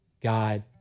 God